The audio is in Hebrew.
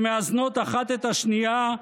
שמאזנות אחת את השנייה,